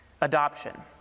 adoption